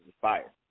fire